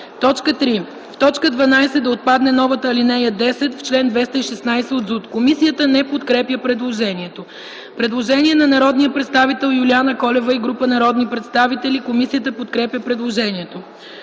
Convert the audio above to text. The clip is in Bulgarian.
3. В точка 12 да отпадне новата алинея 10 в чл. 216 от ЗУТ.” Комисията не подкрепя предложението. Предложение на народния представител Юлиана Колева и група народни представители. Комисията подкрепя предложението.